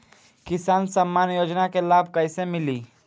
किसान सम्मान योजना के लाभ कैसे मिली?